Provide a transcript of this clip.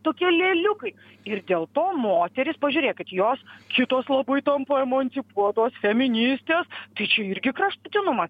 tokie lėliukai ir dėl to moterys pažiūrėkit jos šitos labai tampa emancipuotos feministės tai čia irgi kraštutinumas